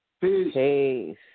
Peace